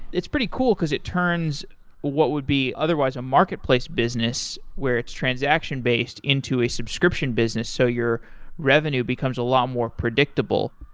it's pretty cool because it turns what would be otherwise a marketplace business where it's transaction-based into a subscription business so your revenue becomes a lot more predictable.